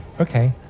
Okay